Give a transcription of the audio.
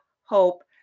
hope